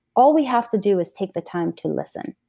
all we have to do is take the time to listen.